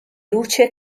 luce